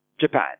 Japan